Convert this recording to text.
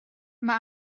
mae